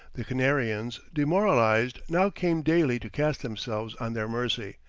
the canarians, demoralized, now came daily to cast themselves on their mercy,